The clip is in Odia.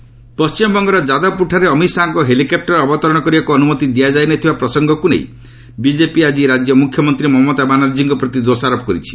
ଜାଭଡେକର ପଶ୍ଚିମବଙ୍ଗର ଯାଦବପୁରଠାରେ ଅମିତ ଶାହାଙ୍କ ହେଲିକପୁର ଅବତରଣ କରିବାକୁ ଅନୁମତି ଦିଆଯାଇନଥିବା ପ୍ରସଙ୍ଗକୁ ନେଇ ବିଜେପି ଆକି ରାଜ୍ୟ ମୁଖ୍ୟମନ୍ତ୍ରୀ ମମତା ବାନାର୍ଜୀଙ୍କ ପ୍ରତି ଦୋଷାରୋପ କରିଛି